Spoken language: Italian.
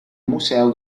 museo